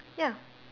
ya